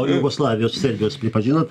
o jugoslavijos serbijos pripažinot